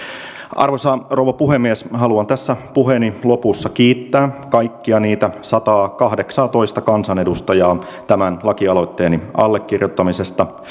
arvoisa rouva puhemies haluan tässä puheeni lopussa kiittää kaikkia niitä sataakahdeksaatoista kansanedustajaa tämän lakialoitteeni allekirjoittamisesta